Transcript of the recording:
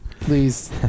Please